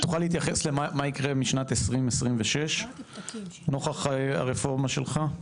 תוכל להתייחס למה יקרה משנת 2026 נוכח הרפורמה שלך?